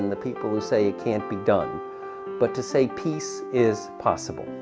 and the people who say can't be done but to say peace is possible